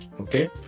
Okay